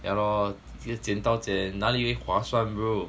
yeah lor 一个剪刀剪哪里会划算 bro